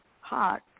hot